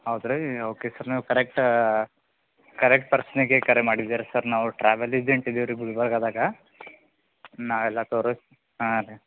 ಹೌದು ರೀ okay sir ನೀವು ಕರೆಕ್ಟಾ ಕರೆಕ್ಟ್ ಪರ್ಸ್ನಿಗೆ ಕರೆ ಮಾಡಿದೀರಿ ಸರ್ ನಾವು ಟ್ರಾವೆಲ್ ಏಜೆಂಟ್ ಇದ್ದೀವ್ರೀ ಗುಲ್ಬರ್ಗದಾಗೆ ನಾವೆಲ್ಲ ತೋರು ಹಾಂ ರೀ